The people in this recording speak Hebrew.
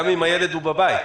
גם אם הילד נמצא בבית.